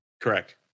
Correct